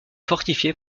fortifiée